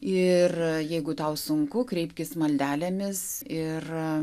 ir jeigu tau sunku kreipkis maldelėmis ir